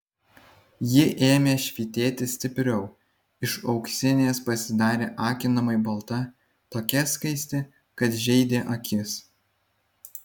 ji ėmė švytėti stipriau iš auksinės pasidarė akinamai balta tokia skaisti kad žeidė akis